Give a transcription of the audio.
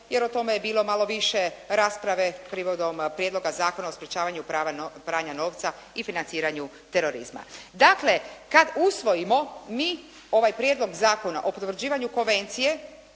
jer o tome je bilo malo više rasprave prigodom Prijedloga zakona o sprečavanju pranja novca i financiranju terorizma. Dakle, kad usvojimo mi ovaj Prijedlog zakona o potvrđivanju Konvencije